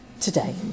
today